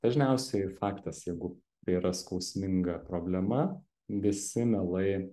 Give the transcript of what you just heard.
dažniausiai faktas jeigu tai yra skausminga problema visi mielai